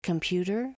Computer